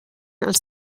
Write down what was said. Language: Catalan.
els